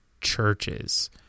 churches